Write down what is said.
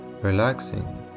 relaxing